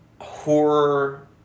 horror